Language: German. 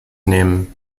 nehmen